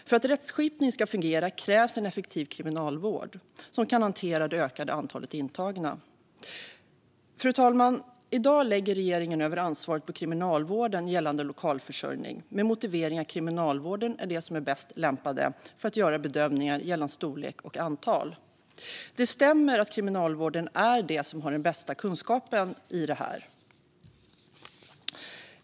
För att rättskipning ska fungera krävs en effektiv kriminalvård som kan hantera det ökade antalet intagna. Fru talman! I dag lägger regeringen över ansvaret på Kriminalvården gällande lokalförsörjning med motiveringen att Kriminalvården är bäst lämpad att göra bedömningar gällande storlek och antal anstalter. Det stämmer att Kriminalvården är de som har bäst kunskap gällande detta.